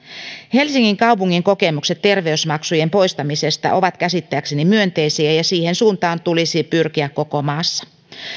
helsingin kaupungin kokemukset terveysmaksujen poistamisesta ovat käsittääkseni myönteisiä ja siihen suuntaan tulisi pyrkiä koko maassa